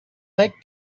lake